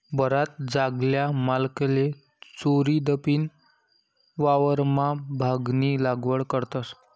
बराच जागल्या मालकले चोरीदपीन वावरमा भांगनी लागवड करतस